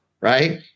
right